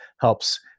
helps